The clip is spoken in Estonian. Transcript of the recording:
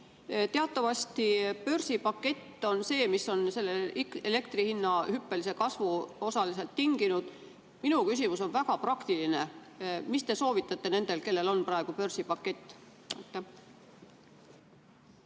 Teatavasti börsipakett on see, mis on elektri hinna hüppelise kasvu osaliselt tinginud. Minu küsimus on väga praktiline. Mis te soovitate nendele, kellel on praegu börsipakett?